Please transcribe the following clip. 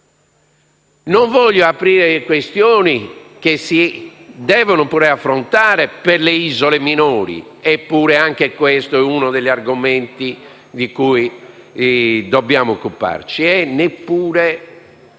Non voglio aprire questioni che si devono pure affrontare per le isole minori. Eppure anche questo è uno degli argomenti di cui dobbiamo occuparci. Neppure